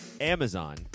amazon